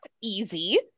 easy